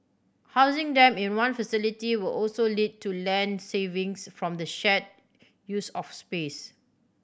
housing them in one facility will also lead to land savings from the shared use of space